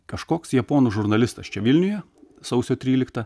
kažkoks japonų žurnalistas čia vilniuje sausio tryliktą